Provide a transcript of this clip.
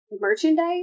merchandise